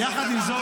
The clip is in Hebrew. יחד עם זאת